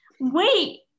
Wait